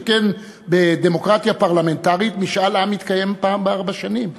שכן בדמוקרטיה פרלמנטרית משאל עם מתקיים פעם בארבע שנים,